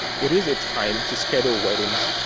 it is a time to schedule weddings,